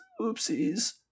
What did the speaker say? oopsies